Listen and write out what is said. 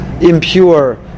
impure